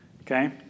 okay